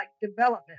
development